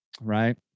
right